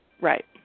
Right